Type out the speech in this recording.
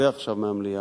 שיוצא עכשיו מהמליאה.